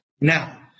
Now